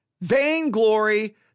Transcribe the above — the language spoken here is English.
vainglory